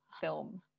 film